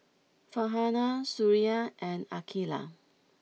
Farhanah Suria and Aqeelah